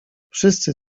wszyscy